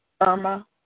Irma